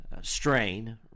strain